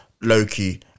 Loki